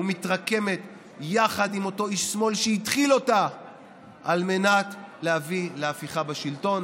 ומתרקמת יחד עם אותו איש שמאל שהתחיל אותה על מנת להביא להפיכה בשלטון,